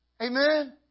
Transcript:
Amen